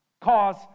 Cause